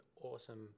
awesome